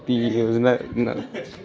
ती योजना ना